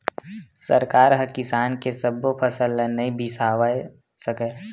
सरकार ह किसान के सब्बो फसल ल नइ बिसावय सकय